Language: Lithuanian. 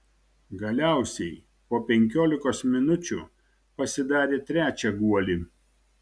galiausiai po penkiolikos minučių pasidarė trečią guolį